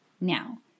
Now